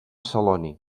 celoni